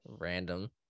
random